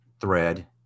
Thread